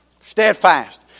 Steadfast